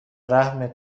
رحم